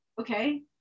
Okay